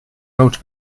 rood